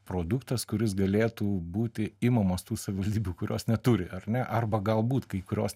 produktas kuris galėtų būti imamas tų savivaldybių kurios neturi ar ne arba galbūt kai kurios